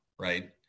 Right